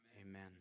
Amen